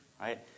right